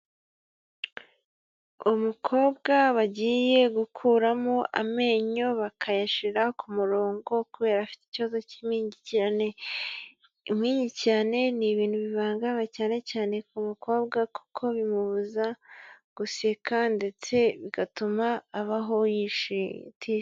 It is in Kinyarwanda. Umukobwa bagiye gukuramo amenyo bakayashira ku murongo, kubera afite ikibazo cy' impingikirane. Impingikirane ni ibintu bibangama, cyane cyane ku mukobwa, kuko bimubuza guseka ndetse bigatuma abaho yishi...